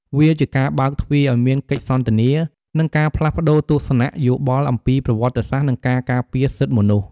វាជាការបើកទ្វារឱ្យមានកិច្ចសន្ទនា និងការផ្លាស់ប្តូរទស្សនៈយោបល់អំពីប្រវត្តិសាស្ត្រ និងការការពារសិទ្ធិមនុស្ស។